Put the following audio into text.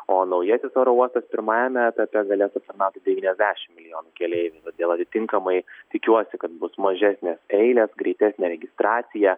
o naujasis oro uostas pirmajame etape galėtų aptarnauti devyniasdešim milijonų keleivių todėl atitinkamai tikiuosi kad bus mažesnės eilės greitesnė registracija